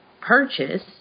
purchase